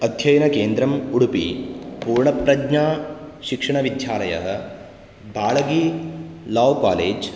अध्ययनकेन्द्रम् उडुपि पूर्णप्रज्ञाशिक्षणविध्यालयः बालगि लाकालेज्